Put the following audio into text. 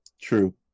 true